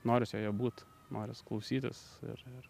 noris joje būt noris klausytis ir ir